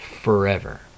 Forever